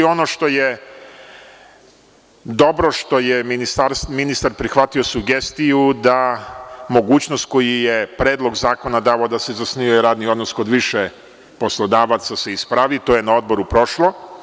Ono što je dobro, što je ministar prihvatio sugestiju, da mogućnost koji je Predlog zakona davao da se zasnuje radni odnos kod više poslodavaca se ispravi, to je na Odboru prošlo.